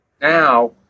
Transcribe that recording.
now